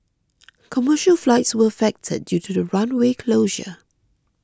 commercial flights were affected due to the runway closure